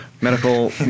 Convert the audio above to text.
Medical